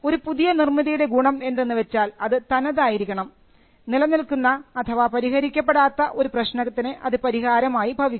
ഒരു പുതിയ നിർമ്മിതിയുടെ ഗുണം എന്തെന്ന് വച്ചാൽ അത് തനതായിരിക്കണം നിലനിൽക്കുന്ന അഥവാ പരിഹരിക്കപ്പെടാത്ത ഒരു പ്രശ്നത്തിന് അത് പരിഹാരമായി ഭവിക്കണം